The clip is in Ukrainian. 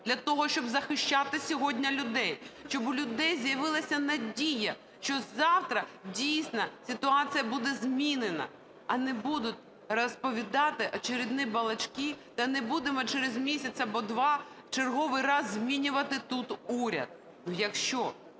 для того, щоб захищати сьогодні людей, щоб у людей з'явилася надія, що завтра дійсно ситуація буде змінена. А не будуть розповідати очередные балачки та не будемо через місяць або два в черговий раз змінювати тут уряд. Ну, якщо